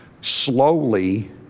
slowly